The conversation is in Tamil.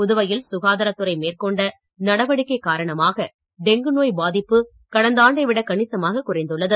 புதுவையில் சுகாதாரத்துறை மேற்கொண்ட நடவடிக்கை காரணமாக டெங்கு நோய் பாதிப்பு கடந்த ஆண்டை விட கணிசமாகக் குறைந்துள்ளது